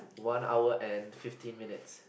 one hour and fifteen minutes